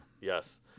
Yes